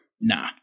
Nah